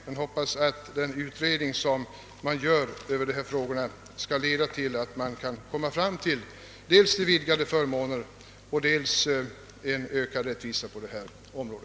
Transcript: Jag hoppas att den utredning som görs över dessa frågor skall medföra att man kan nå dels vidgade förmåner och dels ökad rättvisa på detta område.